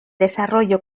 desarrollo